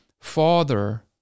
father